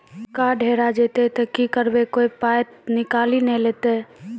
Card हेरा जइतै तऽ की करवै, कोय पाय तऽ निकालि नै लेतै?